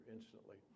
instantly